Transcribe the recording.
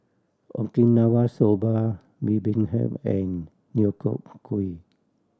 Okinawa Soba Bibimbap and Deodeok Gui